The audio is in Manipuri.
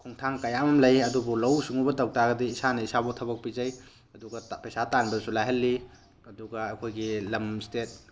ꯈꯣꯡꯊꯥꯡ ꯀꯌꯥ ꯑꯃ ꯂꯩ ꯑꯗꯨꯕꯨ ꯂꯧꯎ ꯁꯤꯡꯎꯕ ꯇꯧꯕ ꯇꯥꯔꯗꯤ ꯏꯁꯥꯅ ꯏꯁꯥꯕꯨ ꯊꯕꯛ ꯄꯤꯖꯩ ꯑꯗꯨꯒ ꯄꯩꯁꯥ ꯇꯥꯟꯕꯁꯨ ꯂꯥꯏꯍꯜꯂꯤ ꯑꯗꯨꯒ ꯑꯩꯈꯣꯏꯒꯤ ꯂꯝ ꯁ꯭ꯇꯦꯠ